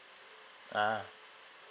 ah